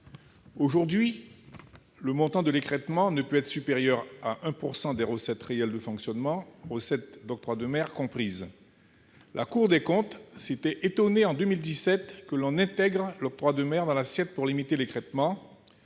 pénalisées. Le montant de l'écrêtement ne peut être supérieur à 1 % des recettes réelles de fonctionnement, recettes de l'octroi de mer comprises. En 2017, la Cour des comptes s'était étonnée que l'on intègre l'octroi de mer dans l'assiette pour limiter l'écrêtement,